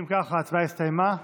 אם כך, ההצבעה הסתיימה.